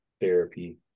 therapy